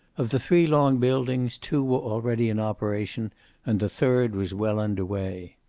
of the three long buildings, two were already in operation and the third was well under way.